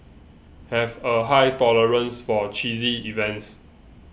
have a high tolerance for cheesy events